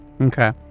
Okay